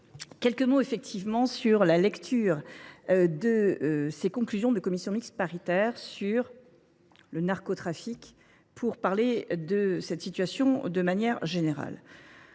quelques mots effectivement sur la lecture de ces conclusions de commission mixte paritaire sur le narcotrafique pour parler de cette situation de manière générale.